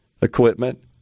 equipment